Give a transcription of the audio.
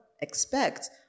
expect